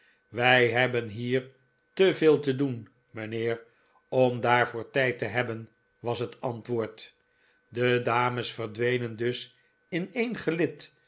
wij hebben hier te veel te doen mijnheer om daarvoor tijd te hebben was het antwoord de dames verdwenen dus in een gelid